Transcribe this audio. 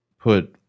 put